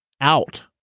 out